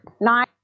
Nine